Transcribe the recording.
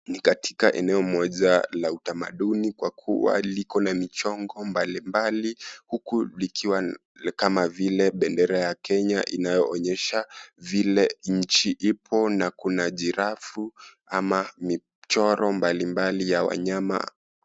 Ni katika eneo moja la utamaduni kwa kuwa liko na michongo mbali mbali huku likiwa kama vile bendera ya Kenya inayo onyedha vile nchi ipo na kuna jirafu ama michoro mbali mbali ya wanyama.